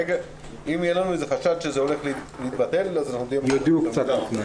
אם יהיה לנו איזה חשד שזה הולך להתבטל אז נודיע על כך.